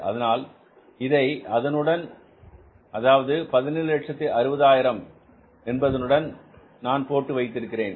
அதனால் இதை இதனுடன் அதாவது1760000 அதனை நான்போட்டு வைத்திருக்கிறேன்